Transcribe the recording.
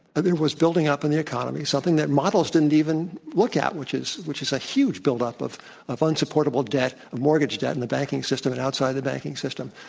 there was building up in the economy, something that models didn't even look at, which is which is a huge build up of of unsupportable debt, mortgage debt in the banking system and outside the banking system.